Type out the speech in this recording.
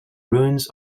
ruins